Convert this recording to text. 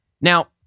Now